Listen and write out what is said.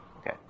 Okay